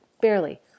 barely